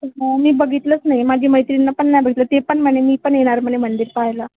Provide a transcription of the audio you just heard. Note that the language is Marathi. मी बघितलंच नाही माझी मैत्रिणीनं पण नाही बघितलं ती पण म्हणे मी पण येणार म्हणे मंदिर पहायला